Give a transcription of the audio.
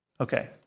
Okay